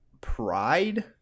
pride